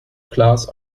class